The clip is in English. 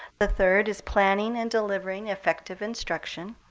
the third is planning and delivering effective instruction.